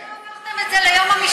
טוב שלא הפכתם את זה ליום המשפחה.